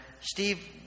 Steve